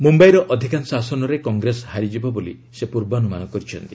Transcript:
ମୁମ୍ୟାଇର ଅଧିକାଂଶ ଆସନରେ କଂଗ୍ରେସ ହାରିଯିବ ବୋଲି ସେ ପୂର୍ବାନୁମାନ କରିଛନ୍ତି